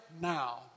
now